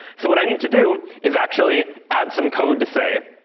so what i need to do is actually add some code to say,